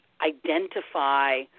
identify